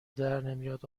درنمیاد